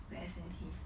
very expensive